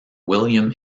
william